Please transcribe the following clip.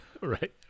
Right